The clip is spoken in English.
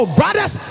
brothers